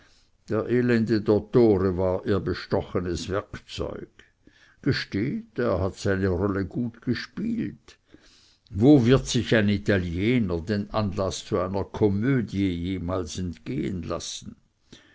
der elende dottore war ihr bestochenes werkzeug gesteht er hat seine rolle gut gespielt wo wird sich ein italiener den anlaß zu einer komödie jemals entgehen lassen